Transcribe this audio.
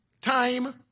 time